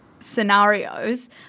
scenarios